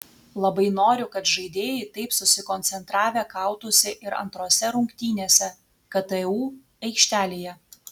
labai noriu kad žaidėjai taip susikoncentravę kautųsi ir antrose rungtynėse ktu aikštelėje